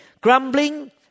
grumbling